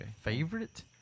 favorite